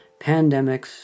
pandemics